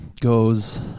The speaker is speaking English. goes